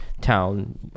town